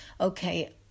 okay